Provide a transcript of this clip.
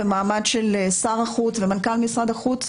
במעמד של שר החוץ ומנכ"ל משרד החוץ,